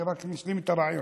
אני רק משלים את הרעיון,